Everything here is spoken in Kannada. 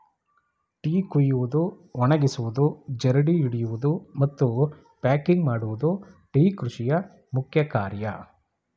ಟೀ ಕುಯ್ಯುವುದು, ಒಣಗಿಸುವುದು, ಜರಡಿ ಹಿಡಿಯುವುದು, ಮತ್ತು ಪ್ಯಾಕಿಂಗ್ ಮಾಡುವುದು ಟೀ ಕೃಷಿಯ ಮುಖ್ಯ ಕಾರ್ಯ